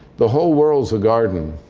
the whole world is a garden,